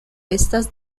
estas